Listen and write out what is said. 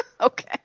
Okay